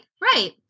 right